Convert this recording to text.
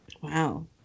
Wow